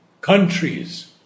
countries